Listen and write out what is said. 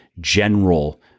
general